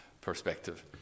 perspective